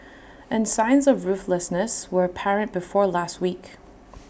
and signs of ruthlessness were apparent before last week